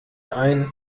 ein